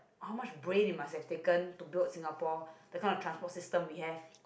how much brain it must has taken to broad Singapore that kind of transport system we have